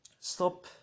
stop